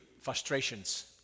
frustrations